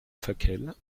fasquelle